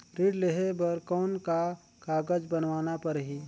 ऋण लेहे बर कौन का कागज बनवाना परही?